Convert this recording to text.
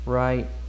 right